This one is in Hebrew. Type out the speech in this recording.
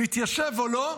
מתיישב או לא,